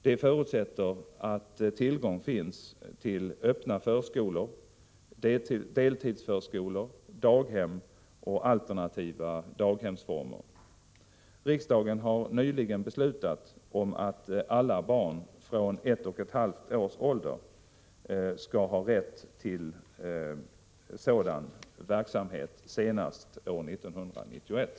Det förutsätter att tillgång finns till öppna förskolor, deltidsförskolor, daghem och alternativa daghemsformer. Riksdagen har nyligen beslutat om att alla barn från ett och ett halvt års ålder skall ha rätt till sådan verksamhet senast år 1991.